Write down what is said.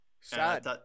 sad